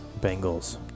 Bengals